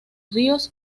ríos